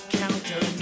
counter